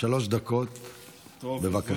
שלוש דקות, בבקשה.